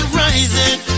rising